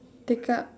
take up